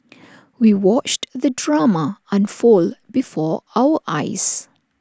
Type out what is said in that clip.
we watched the drama unfold before our eyes